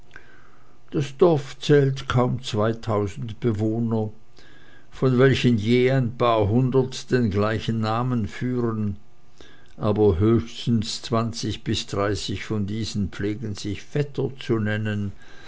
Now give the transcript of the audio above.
das dorf zählt kaum zweitausend bewohner von welchen je ein paar hundert den gleichen namen führen aber höchstens zwanzig bis dreißig von diesen pflegen sich vetter zu nennen